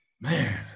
Man